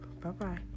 Bye-bye